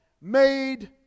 made